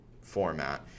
format